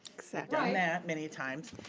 done that many times.